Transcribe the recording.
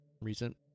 recent